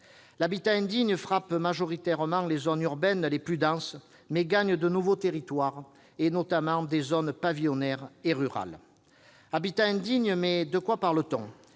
L'habitat indigne frappe majoritairement les zones urbaines les plus denses, mais gagne de nouveaux territoires, notamment des zones pavillonnaires et rurales. Par « habitat indigne », de quoi parle-t-on ?